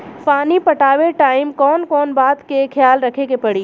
पानी पटावे टाइम कौन कौन बात के ख्याल रखे के पड़ी?